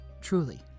Truly